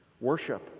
Worship